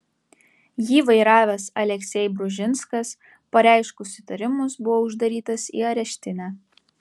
jį vairavęs aleksej bružinskas pareiškus įtarimus buvo uždarytas į areštinę